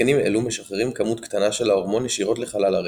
התקנים אלו משחררים כמות קטנה של ההורמון ישירות לחלל הרחם.